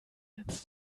ins